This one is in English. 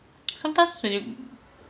sometimes when you